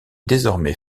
désormais